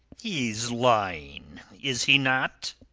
he's lying, is he not?